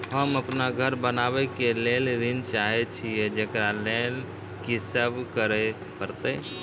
होम अपन घर बनाबै के लेल ऋण चाहे छिये, जेकरा लेल कि सब करें परतै?